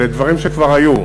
אלה דברים שכבר היו.